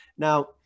Now